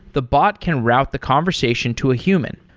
the bot can route the conversation to a human.